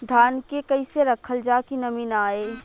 धान के कइसे रखल जाकि नमी न आए?